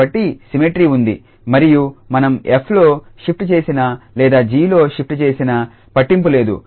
కాబట్టి సిమ్మెట్రీ ఉంది మరియు మనం 𝑓లో షిఫ్ట్ చేసినా లేదా 𝑔లో షిఫ్ట్ చేసినా పట్టింపు లేదు